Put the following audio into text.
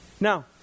Now